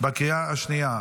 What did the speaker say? בקריאה השנייה.